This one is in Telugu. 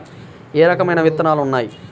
ఏ రకమైన విత్తనాలు ఉన్నాయి?